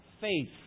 faith